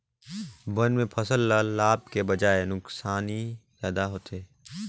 बन में फसल ल लाभ के बजाए नुकसानी जादा होथे